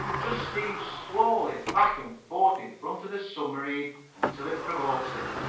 just steams slowly back and forth in front of the submarine until it provokes it.